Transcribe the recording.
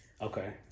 Okay